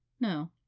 No